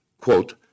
quote